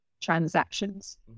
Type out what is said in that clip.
transactions